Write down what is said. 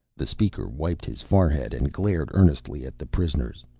the speaker wiped his forehead and glared earnestly at the prisoners.